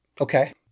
Okay